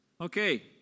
Okay